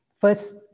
first